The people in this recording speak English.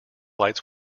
lights